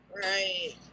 Right